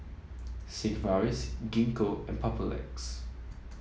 Sigvaris Gingko and Papulex